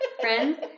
Friends